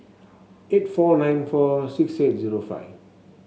eight four nine four six eight zero five